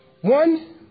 One